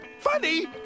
Funny